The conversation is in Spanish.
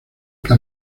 que